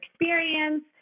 experience